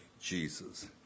Jesus